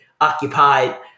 occupied